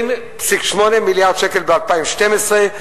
20.8 מיליארד שקל ב-2012.